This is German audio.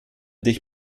dich